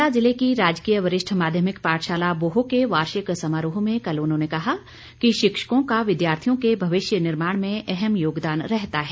कांगड़ा जिले की राजकीय वरिष्ठ माध्यमिक पाठशाला बोह के वार्षिक समारोह में कल उन्होंने कहा कि शिक्षक का विद्यार्थियों के भविष्य निर्माण में अहम योगदान रहता है